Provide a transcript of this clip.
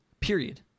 period